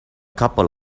couple